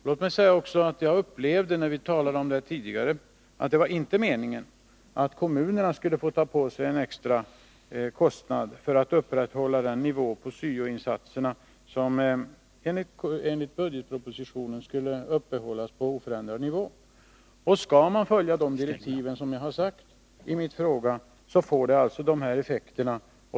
Låt mig också säga att jag när vi tidigare talade om detta fick uppfattningen att det inte var meningen att kommunerna skulle behöva ta på sig en extra kostnad för att upprätthålla syo-insatserna på oförändrad nivå, vilket skulle ske enligt budgetpropositionen. Skall man följa de direktiven får det de effekter som jag har nämnt i min fråga.